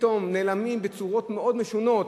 פתאום נעלמים בצורות מאוד משונות.